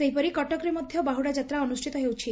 ସେହିପରି କଟକରେ ମଧ ବାହୁଡାଯାତ୍ରା ଅନୁଷ୍ଠିତ ହେଉଛି